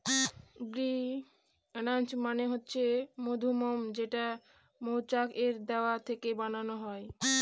bee wax মানে হচ্ছে মধুমোম যেটা মৌচাক এর দেওয়াল থেকে বানানো হয়